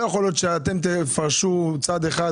לא יכול להיות שאתם תפרשו צד אחד,